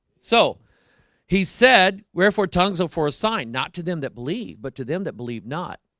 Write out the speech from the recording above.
so he said wherefore tongues are for a sign not to them that believe but to them that believe not